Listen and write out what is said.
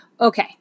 Okay